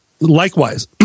likewise